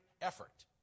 effort